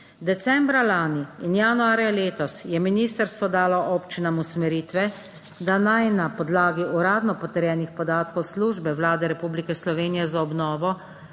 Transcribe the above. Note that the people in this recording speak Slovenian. Decembra lani in januarja letos je Ministrstvo dalo občinam usmeritve, da naj na podlagi uradno potrjenih podatkov Službe Vlade Republike Slovenije za obnovo